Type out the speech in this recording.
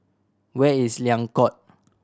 where is Liang Court